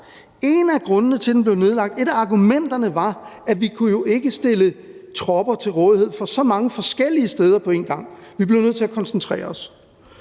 et af argumenterne for, at den blev nedlagt, var, at vi jo ikke kunne stille tropper til rådighed for så mange forskellige steder på en gang. Vi blev nødt til at koncentrere os.